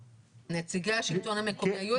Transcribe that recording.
נציגי השלטון המקומי היו אצלכם?